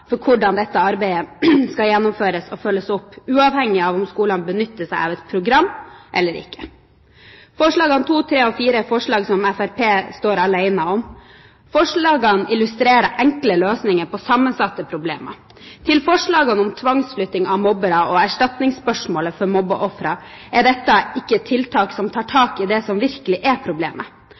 for hvordan dette arbeidet skal gjennomføres og følges opp, uavhengig av om skolen benytter seg av et program eller ikke. Forslagene nr. 2, 3 og 4 er forslag som Fremskrittspartiet står alene om. Forslagene illustrerer enkle løsninger på sammensatte problemer. Når det gjelder forslagene om tvangsflytting av mobbere og erstatningsspørsmålet for mobbeofre, er dette ikke tiltak som tar tak i det som virkelig er problemet.